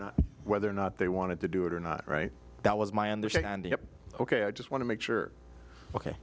not whether or not they wanted to do it or not right that was my understanding ok i just want to make sure ok